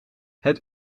het